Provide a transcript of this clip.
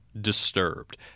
disturbed